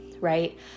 right